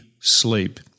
sleep